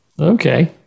Okay